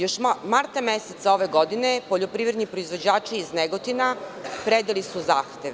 Još marta meseca ove godine poljoprivredni proizvođači iz Negotina predali su zahtev.